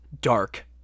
dark